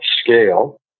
scale